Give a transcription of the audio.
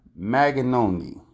Maganoni